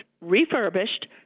refurbished